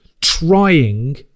trying